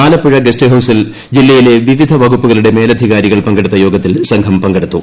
Alappuzha guest ഹൌസിൽ ജില്ലയിലെ വിവിധ വകുപ്പുകളുടെ മേലധികാരികൾ പങ്കെടുത്ത യോഗത്തിൽ സംഘം പങ്കെടുത്തു